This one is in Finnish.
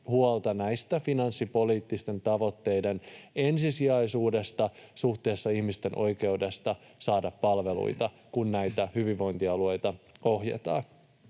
huolta tästä finanssipoliittisten tavoitteiden ensisijaisuudesta suhteessa ihmisten oikeuteen saada palveluita, kun näitä hyvinvointialueita ohjataan.